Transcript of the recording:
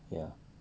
ya